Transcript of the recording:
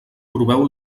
proveu